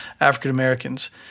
African-Americans